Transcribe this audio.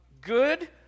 good